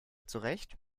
zurecht